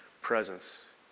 presence